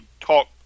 talk